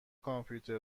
کامپیوتر